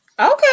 Okay